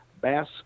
bass